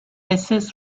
assist